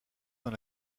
dans